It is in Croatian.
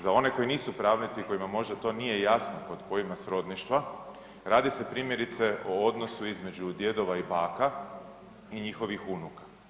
Za one koji nisu pravnici, kojima možda to nije jasno kod pojma srodništva, radi se primjerice o odnosu između djedova i baka i njihovih unuka.